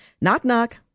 knock-knock